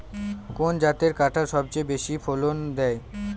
কোন জাতের কাঁঠাল সবচেয়ে বেশি ফলন দেয়?